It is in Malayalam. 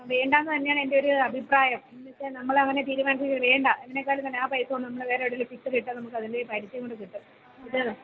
വേണ്ടാന്ന് തന്നെയാണ് എൻ്റെ ഒരു അഭിപ്രായം നമ്മളിപ്പോള് നമ്മളങ്ങനെ തീരുമാനിച്ചിട്ട് വേണ്ട അതിനെക്കാലും നല്ലെ ആ പൈസ കൊണ്ട് നമ്മള് വേറെവിടെലും ഫിക്സെഡിട്ടാല് നമുക്കതിൻ്റെ പലിശയും കൂടേ കിട്ടും